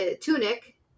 tunic